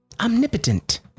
omnipotent